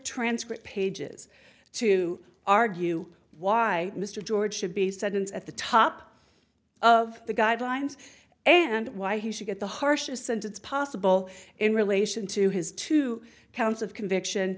transcript pages to argue why mr george should be sentenced at the top of the guidelines and why he should get the harshest sentence possible in relation to his two counts of conviction